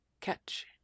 catch